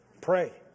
Pray